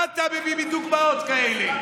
מה אתה מביא לי דוגמאות כאלה?